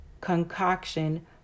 concoction